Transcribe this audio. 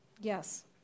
Yes